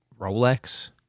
Rolex